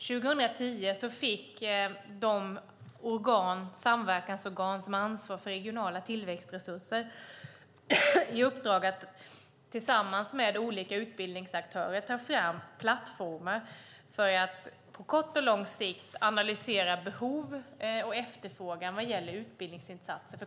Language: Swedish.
År 2010 fick de samverkansorgan som har ansvar för regionala tillväxtresurser i uppdrag att tillsammans med olika utbildningsaktörer ta fram plattformar för att på kort och lång sikt analysera behov och efterfrågan vad gäller utbildningsinsatser.